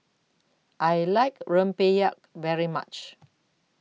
I like Rempeyek very much